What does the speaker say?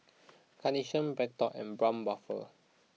Carnation BreadTalk and Braun Buffel